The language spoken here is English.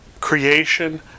creation